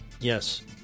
Yes